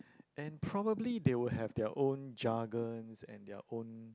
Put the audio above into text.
and probably they will have their own jargon and their own